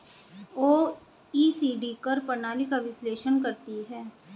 OECD कर प्रणाली का विश्लेषण करती हैं